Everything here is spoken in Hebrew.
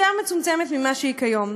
יותר מצומצמת ממה שהיא כיום.